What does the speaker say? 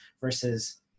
versus